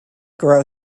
grow